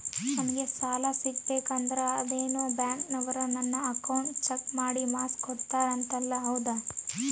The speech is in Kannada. ನಂಗೆ ಸಾಲ ಸಿಗಬೇಕಂದರ ಅದೇನೋ ಬ್ಯಾಂಕನವರು ನನ್ನ ಅಕೌಂಟನ್ನ ಚೆಕ್ ಮಾಡಿ ಮಾರ್ಕ್ಸ್ ಕೋಡ್ತಾರಂತೆ ಹೌದಾ?